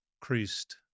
Christ